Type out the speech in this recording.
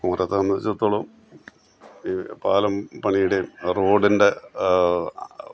കുമരകത്തെ സംബധിച്ചിടത്തോളം ഈ പാലം പണിയുടെയും റോഡിൻ്റെ